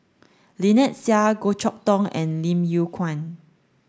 Lynnette Seah Goh Chok Tong and Lim Yew Kuan